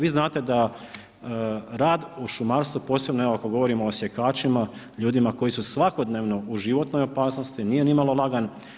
Vi znate da rad u šumarstvu posebno evo ako govorimo o sjekačima, ljudima koji su svakodnevno u životnoj opasnosti nije nimalo lagan.